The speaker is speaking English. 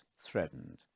threatened